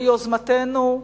ביוזמתנו,